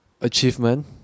achievement